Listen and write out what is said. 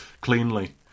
cleanly